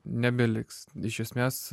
nebeliks iš esmės